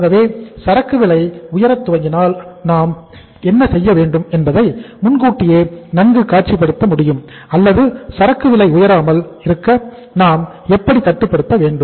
ஆகவே சரக்கு விலை உயரத் துவங்கினால் நாம் என்ன செய்ய வேண்டும் என்பதை முன்கூட்டியே நன்கு காட்சிபடுத்த முடியும் அல்லது சரக்கு விலை உயராமல் இருக்க நாம் எப்படி கட்டுப்படுத்த வேண்டும்